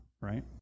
right